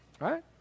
Right